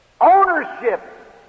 ownership